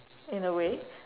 in a way